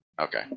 Okay